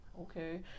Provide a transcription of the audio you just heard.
Okay